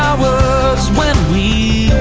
was when we